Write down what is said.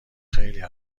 خیلی